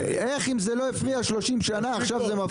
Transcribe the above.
איך, אם זה לא הפריע 30 שנה עכשיו זה מפריע?